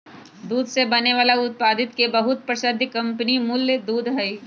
दूध से बने वाला उत्पादित के बहुत प्रसिद्ध कंपनी अमूल दूध हई